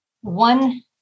One